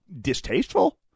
distasteful